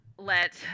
let